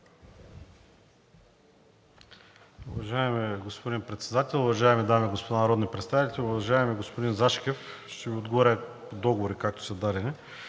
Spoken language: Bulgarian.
Уважаеми господин Председател, уважаеми дами и господа народни представители! Уважаеми господин Зашкев, ще Ви отговоря с договори, както са дадени: